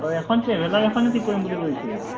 অ' এখন ট্ৰেভেলাৰ এখনে ঠিক কৰিম বুলি কৈছে